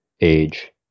age